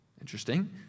Interesting